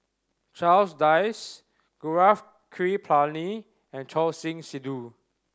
Charles Dyce Gaurav Kripalani and Choor Singh Sidhu